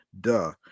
duh